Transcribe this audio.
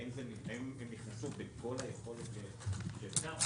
האם הם נכנסו בכל היכולת שאפשר?